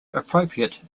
appropriate